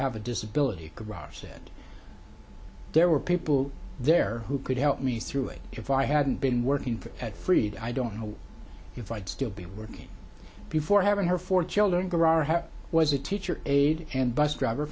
have a disability carafe said there were people there who could help me through it if i hadn't been working for at fried i don't know if i'd still be working before having her four children was a teacher aide and bus driver